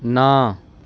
ਨਾ